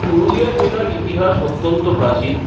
পুরুলিয়া জেলার ইতিহাস অত্যন্ত প্রাচীন